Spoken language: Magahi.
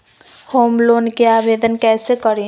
होम लोन के आवेदन कैसे करि?